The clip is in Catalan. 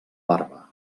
barba